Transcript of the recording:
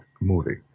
movie